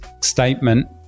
statement